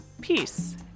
peace